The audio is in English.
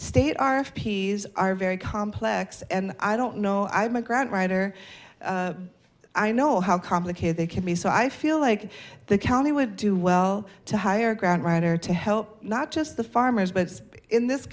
state our peas are very complex and i don't know i'm a grant writer i know how complicated they can be so i feel like the county would do well to higher ground right or to help not just the farmers but in this